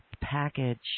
package